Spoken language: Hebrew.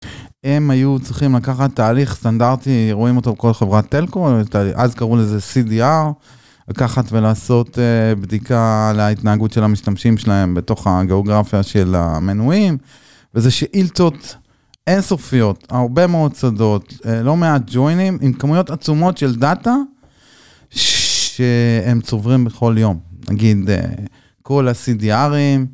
הם היו צריכים לקחת תהליך סטנדרטי רואים אותו בכל חברת טלקום אז קראו לזה cdr, לקחת ולעשות בדיקה על ההתנהגות של המשתמשים שלהם בתוך הגיאוגרפיה של המנויים, וזה שאילתות אינסופיות, הרבה מאוד שדות, לא מעט join-ים, עם כמויות עצומות של דאטה, שהם צוברים בכל יום. נגיד כל ה cdr- ים.